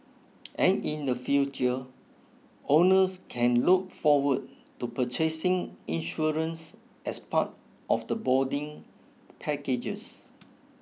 and in the future owners can look forward to purchasing insurance as part of the boarding packages